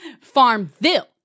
Farmville